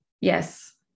Yes